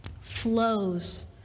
flows